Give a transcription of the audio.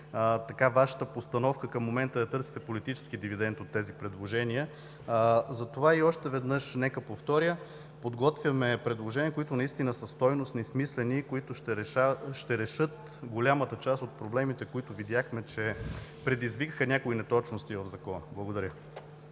че Вашата постановка към момента е да търсите политически дивидент от тези предложения. Затова ще повторя още веднъж: подготвяме предложения, които са стойностни и смислени и които ще решат голямата част от проблемите, които видяхме, че предизвикаха някои неточности в Закона. Благодаря.